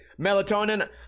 melatonin